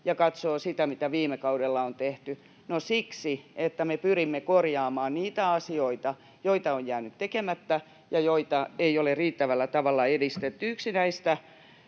ja katsoo sitä, mitä viime kaudella on tehty. No siksi, että me pyrimme korjaamaan niitä asioita, joita on jäänyt tekemättä ja joita ei ole riittävällä tavalla edistetty. Yksi näistä